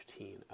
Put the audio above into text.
15